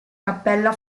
cappella